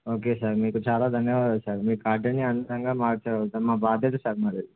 okay sir మీకు చాలా ధన్యవాదాలు సార్ మీకు కాార్డని అందంగా మాకుతం మా బాధ్యత సార్ మరి